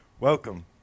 Welcome